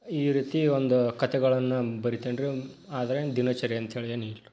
ಈ ರೀತಿಯ ಒಂದು ಕಥೆಗಳನ್ನು ಬರಿತೇನೆ ರೀ ಆದರೆ ದಿನಚರಿ ಅಂತ ಹೇಳಿ ಏನಿಲ್ಲ ರೀ